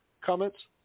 Comments